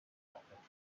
happened